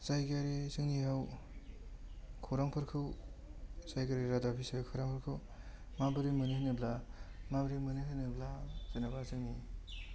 जायगायारि जोंनियाव खौरांफोरखौ जायगायारि रादाब हिसाबै होग्राफोरखौ माबोरै मोनो होनोब्ला माबोरै मोनो होनोब्ला जेनेबा जोंनि